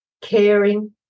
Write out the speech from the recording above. caring